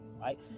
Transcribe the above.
right